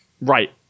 Right